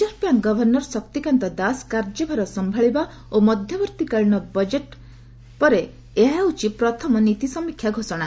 reserve bank governor Shaktikanta Das କାର୍ଯ୍ୟଭାର ସମ୍ଭାଳିବା ଓ ମଧ୍ୟବର୍ତ୍ତୀକାଳୀନ ବଜେଟ୍ ପରେ ଏହା ହେଉଛି ପ୍ରଥମ ନୀତି ସମୀକ୍ଷା ଘୋଷଣା